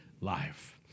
life